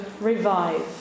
revive